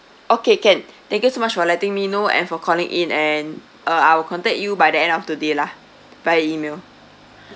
okay can thank you so much for letting me know and for calling in and uh I'll contact you by the end of the day lah via E-mail